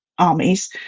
armies